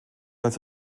als